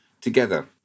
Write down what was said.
together